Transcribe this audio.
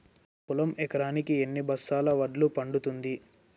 పొలం ఎకరాకి ఎన్ని బస్తాల వడ్లు పండుతుంది?